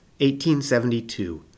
1872